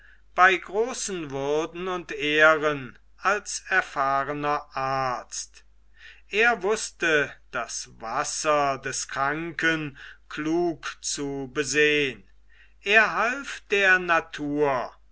bei großen würden und ehren als erfahrener arzt er wußte das wasser des kranken klug zu besehn er half der natur